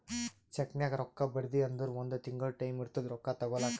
ಚೆಕ್ನಾಗ್ ರೊಕ್ಕಾ ಬರ್ದಿ ಅಂದುರ್ ಒಂದ್ ತಿಂಗುಳ ಟೈಂ ಇರ್ತುದ್ ರೊಕ್ಕಾ ತಗೋಲಾಕ